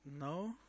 No